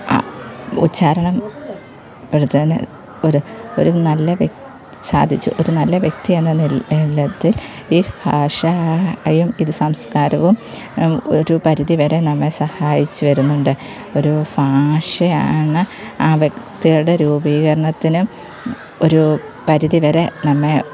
ഉച്ചാരണം ഇപ്പോഴത്തേന് ഒരു ഒരു നല്ല വ്യക്തി സാധിച്ചു ഒരു നല്ല വ്യക്തിയെന്ന നില ഇനത്തിൽ ഈ ഭാഷായും ഇത് സംസ്കാരവും ഒരു പരിധിവരെ നമ്മെ സഹായിച്ചു വരുന്നുണ്ട് ഒരു ഭാഷയാണ് ആ വ്യക്തിയുടെ രൂപീകരണത്തിനും ഒരു പരിധിവരെ നമ്മെ